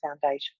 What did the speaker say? foundation